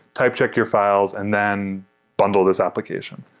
type check your files and then bundle this application.